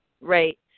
Right